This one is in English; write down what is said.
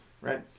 right